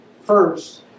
first